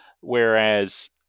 Whereas